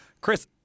Chris